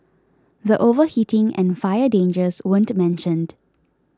the overheating and fire dangers weren't mentioned